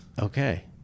Okay